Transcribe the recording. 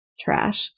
trash